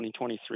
2023